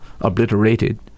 obliterated